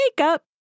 makeup